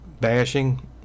bashing